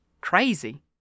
crazy